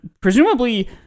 presumably